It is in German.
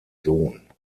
sohn